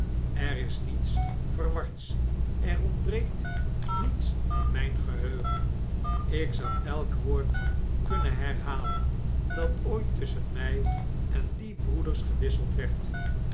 er is niets verwards er ontbreekt niets aan mp geheugen ik zou elk woord kunnen herhalen dat ooit tusschen mjj en die broeders gewisseld werd